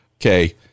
okay